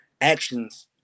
actions